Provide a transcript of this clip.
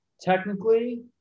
Technically